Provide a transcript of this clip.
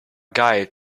guide